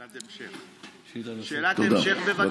שאלת המשך, בבקשה.